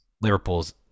Liverpool's